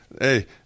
hey